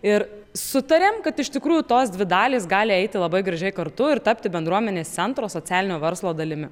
ir sutarėm kad iš tikrųjų tos dvi dalys gali eiti labai gražiai kartu ir tapti bendruomenės centro socialinio verslo dalimi